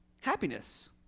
Happiness